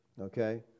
Okay